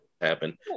happen